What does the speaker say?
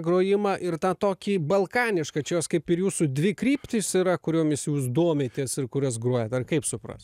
grojimą ir tą tokį balkanišką čia jos kaip ir jūsų dvi kryptys yra kuriomis jūs domitės ir kurias grojat ar kaip suprast